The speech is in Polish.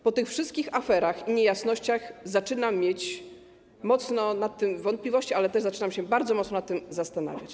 Po tych wszystkich aferach i niejasnościach zaczynam mieć dużo co do tego wątpliwości, ale też zaczynam się bardzo mocno nad tym zastanawiać.